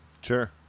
Sure